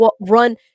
run